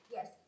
Yes